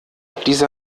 diese